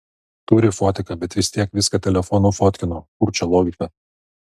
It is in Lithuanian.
turi fotiką bet vis tiek viską telefonu fotkino kur čia logika